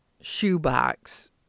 shoebox